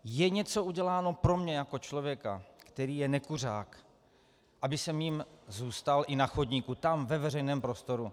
Je něco uděláno pro mne jako člověka, který je nekuřák, abych jím zůstal i na chodníku, tam ve veřejném prostoru?